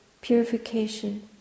purification